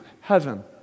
heaven